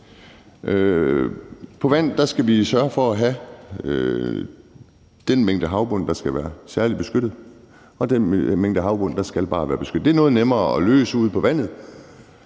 til vandet skal vi sørge for at have den mængde havbund, der skal være særlig beskyttet, og have den mængde havbund, der bare skal være beskyttet. Det er noget nemmere at løse det ude på vandet,